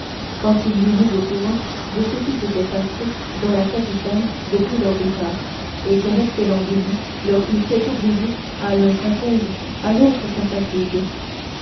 quand il l'eut mis au courant de ce qui s'était passé dans la capitale depuis leur départ et qu'un excellent dîner leur eut fait oublier à l'un sa thèse à l'autre sa fatigue